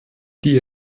die